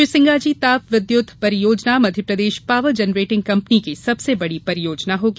श्री सिंगाजी ताप विद्युत परियोजना मध्यप्रदेश पावर जनरेटिंग कंपनी की सबसे बड़ी परियोजना होगी